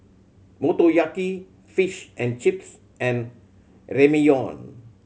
Motoyaki Fish and Chips and Ramyeon